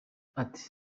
ati